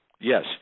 Yes